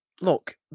look